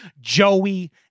Joey